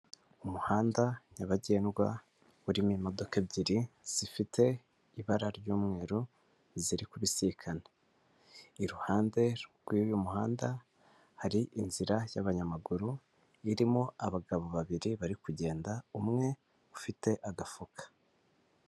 Umuhanda nyabagendwa urimo imodoka ebyiri zifite ibara ry'umweru ziri kubisikana, iruhande rw'uyu muhanda hari inzira y'abanyamaguru irimo abagabo babiri bari kugenda umwe ufite agafuka.